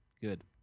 Good